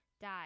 died